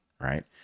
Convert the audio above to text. Right